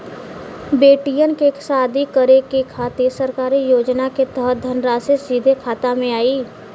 बेटियन के शादी करे के खातिर सरकारी योजना के तहत धनराशि सीधे खाता मे आई?